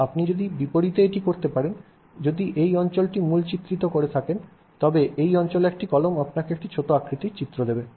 আপনি যদি বিপরীতে এটি করতে পারেন যদি এই অঞ্চলটি মূল চিত্রটি চিহ্নিত করে থাকে তবে এই অঞ্চলে একটি কলম আপনাকে একটি ছোট আকৃতির চিত্র দেবে